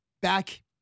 back